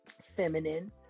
feminine